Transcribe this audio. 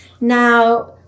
Now